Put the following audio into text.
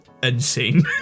Insane